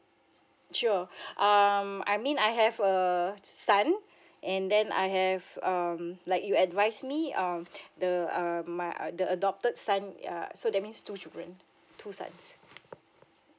sure um I mean I have a son and then I have um like you advise me um the err my err the adopted son err so that means two children two sons